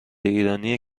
ایرانی